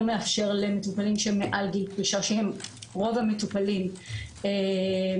מאפשר למטופלים שהם מעל גיל פרישה שהם רוב המטופלים להגיש